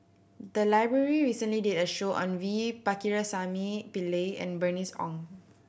the library recently did a show on V Pakirisamy Pillai and Bernice Ong